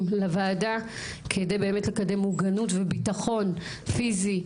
לוועדה כדי באמת לקדם מוגנות וביטחון פיזי,